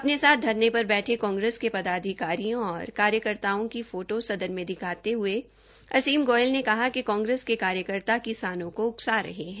अपने साथ धरने पर बैठे कांग्रेस के पदाधिकारियों और कार्यकर्ताओं की फोटो सदन में दिखाते हये असीम गोयल ने कहा कि कांग्रेस के कार्यकर्ता किसानों को उकसा रहे है